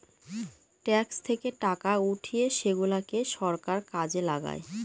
tax থেকে টাকা উঠিয়ে সেগুলাকে সরকার কাজে লাগায়